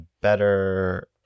better